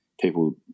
people